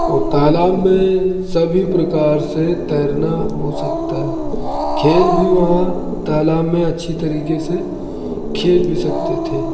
और तालाब में सभी प्रकार से तैरना हो सकता है खेल भी वहाँ तालाब में अच्छी तरीके से खेल भी सकते थे